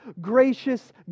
gracious